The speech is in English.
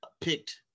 picked